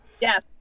Yes